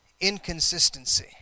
inconsistency